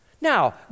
Now